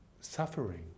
suffering